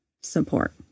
support